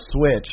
switch